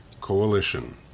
Coalition